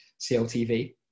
CLTV